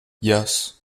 yes